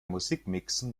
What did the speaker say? musikmixen